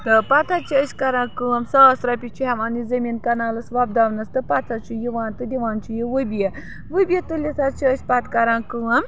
تہٕ پَتہٕ حظ چھِ أسۍ کَران کٲم ساس رۄپیہِ چھِ ہٮ۪وان یہِ زٔمیٖن کَنالَس وۄبداونَس تہٕ پَتہٕ حظ چھِ یِوان تہٕ دِوان چھِ یہِ وُبِیہِ وُبِیہِ تُلِتھ حظ چھِ أسۍ پَتہٕ کَران کٲم